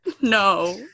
No